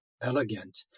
elegant